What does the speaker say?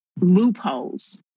loopholes